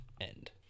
End